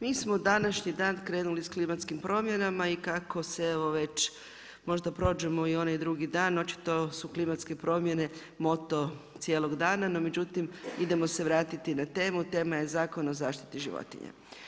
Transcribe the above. Mi smo današnji dan krenuli sa klimatskim promjenama i kako se već, možda prođemo i onaj drugi dan, očito su klimatske promjene moto cijelog dana, no međutim idemo se vratiti na temu, tema je Zakon o zaštiti životinja.